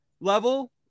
level